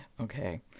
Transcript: Okay